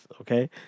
Okay